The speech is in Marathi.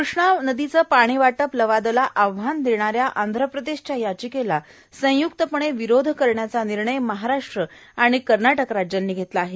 कृष्णा पाणी वाटप लवादाला आव्हान देणाऱ्या आंधप्रदेशच्या याचिकेला संय्क्तपणे विरोध करण्याचा निर्णय महाराष्ट्र आणि कर्नाटक यांनी घेतला आहे